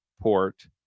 port